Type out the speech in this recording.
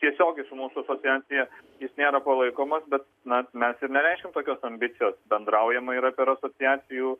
tiesiogiai su mūsų asocijacija jis nėra palaikomas bet na mes ir nereiškiam tokios ambicijos bendraujama yra per asociacijų